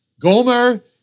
Gomer